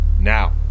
Now